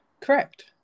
correct